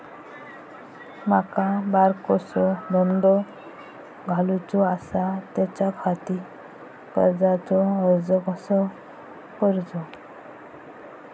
माका बारकोसो धंदो घालुचो आसा त्याच्याखाती कर्जाचो अर्ज कसो करूचो?